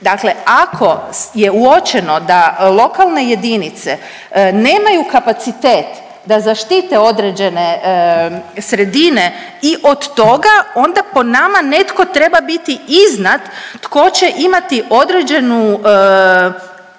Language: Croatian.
Dakle, ako je uočeno da lokalne jedinice nemaju kapacitet da zaštite određene sredine i od toga onda po nama netko treba biti iznad tko će imati određenu